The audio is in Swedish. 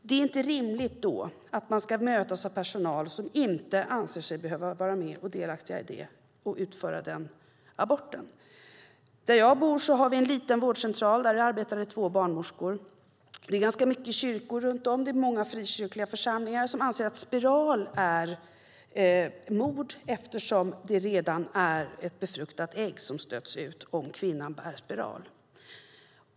Det är inte rimligt att man då ska mötas av personal som inte anser sig behöva vara delaktiga i att utföra den aborten. Där jag bor har vi en liten vårdcentral där två barnmorskor arbetar. Det är ganska många kyrkor runt om. Det är många frikyrkliga församlingar som anser att spiral innebär mord eftersom det är ett redan befruktat ägg som stöts ut om kvinnan bär spiral.